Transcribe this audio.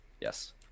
Yes